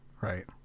Right